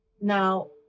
now